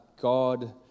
God